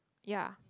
ya